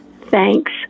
Thanks